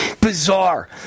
Bizarre